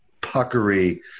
puckery